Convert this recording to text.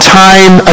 time